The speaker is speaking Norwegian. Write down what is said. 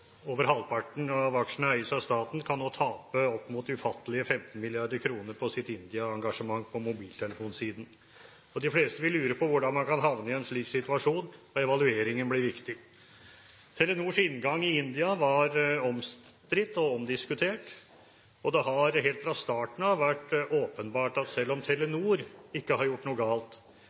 over halvparten av aksjene eies av staten, kan nå tape opp mot ufattelige 15 mrd. kr på sitt India-engasjement på mobiltelefonsiden. De fleste vil lure på hvordan man kan havne i en slik situasjon. Evalueringen blir viktig. Telenors inngang i India var omstridt og omdiskutert. Det har helt fra starten av vært åpenbart at selv om Telenor ikke har gjort noe galt,